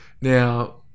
Now